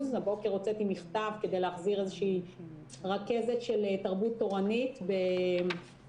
הבוקר הוצאתי מכתב כדי להחזיר איזושהי רכזת של תרבות תורנית בחיפה